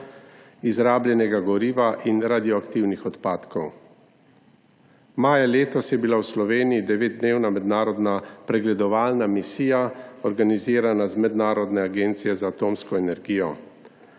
izrabljenega goriva in radioaktivnih odpadkov. Maja letos je bila v Sloveniji devetdnevna mednarodna pregledovalna misija, organizirana z Mednarodne agencije za atomsko energijo.